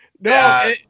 no